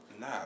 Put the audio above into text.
Nah